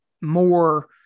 more